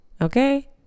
okay